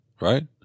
right